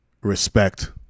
respect